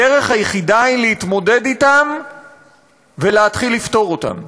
הדרך היחידה היא להתמודד אתם ולהתחיל לפתור אותם.